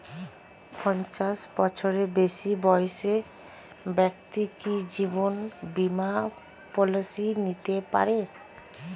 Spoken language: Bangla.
পঞ্চাশ বছরের বেশি বয়সের ব্যক্তি কি জীবন বীমা পলিসি নিতে পারে?